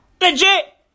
Legit